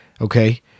okay